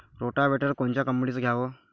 Rotavator कोनच्या कंपनीचं घ्यावं?